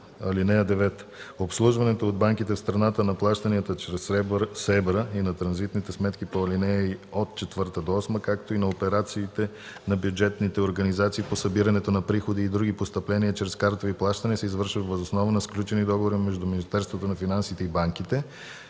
(9) Обслужването от банките в страната на плащанията чрез СЕБРА и на транзитните сметки по ал. 4-8, както и на операциите на бюджетните организации по събирането на приходи и други постъпления чрез картови плащания се извършва въз основа на сключени договори между Министерството на финансите и банките.